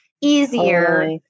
easier